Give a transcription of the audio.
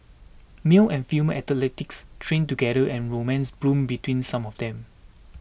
male and female athletes trained together and romance blossomed between some of them